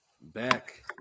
back